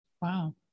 Wow